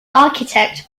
architect